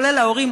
כולל ההורים,